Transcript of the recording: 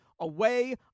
away